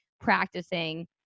practicing